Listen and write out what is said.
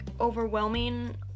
overwhelming